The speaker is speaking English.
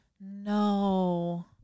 No